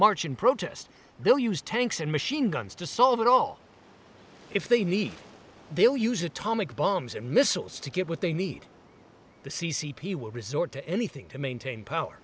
march in protest they'll use tanks and machine guns to solve it all if they need they'll use atomic bombs and missiles to get what they need the c c p will resort to anything to maintain power